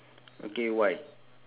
okay why